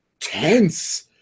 tense